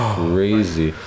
crazy